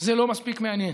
זה לא מספיק מעניין.